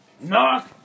Knock